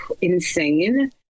insane